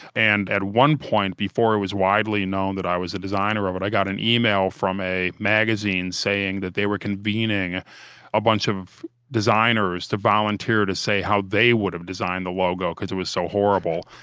and at one point, before it was widely known that i was a designer of it, i got an email from a magazine saying that they were convening a bunch of designers to volunteer to say how they would have designed the logo because it was so horrible.